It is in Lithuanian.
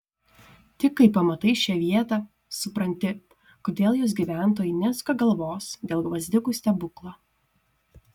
tik kai pamatai šią vietą supranti kodėl jos gyventojai nesuka galvos dėl gvazdikų stebuklo